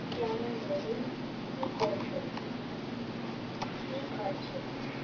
যেমন বলি কী করছো কী খাচ্ছো